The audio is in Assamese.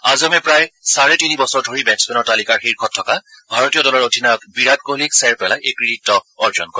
আজমে প্ৰায় চাৰে তিনি বছৰ ধৰি বেটছমেনৰ তালিকাৰ শীৰ্ষত থকা ভাৰতীয় দলৰ অধিনায়ক বিৰাট কোহলীক চেৰ পেলাই এই কৃতিত্ব অৰ্জন কৰে